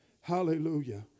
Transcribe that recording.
Hallelujah